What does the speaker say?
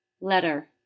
Letter